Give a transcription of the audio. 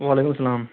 وعلیکم سلام